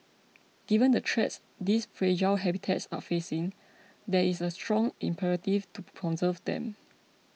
given the threats these fragile habitats are facing there is a strong imperative to conserve them